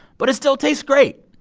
but it still tastes great.